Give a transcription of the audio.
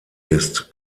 ist